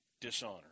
dishonor